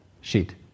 sheet